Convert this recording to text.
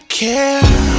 care